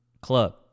club